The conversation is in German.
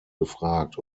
gefragt